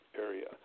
area